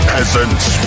Peasants